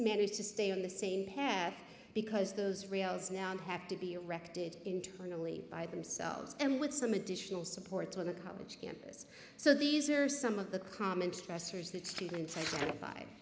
managed to stay on the same path because those rails now and have to be erected internally by themselves and with some additional support on a college campus so these are some of the comments pressers that